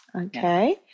Okay